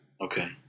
Okay